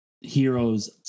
heroes